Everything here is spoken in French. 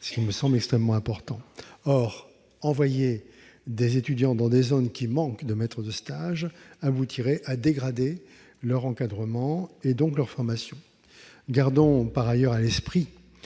cela me semble extrêmement important. Or envoyer des étudiants dans des zones qui manquent de maîtres de stage aboutirait à dégrader leur encadrement et donc leur formation. Gardons par ailleurs à l'esprit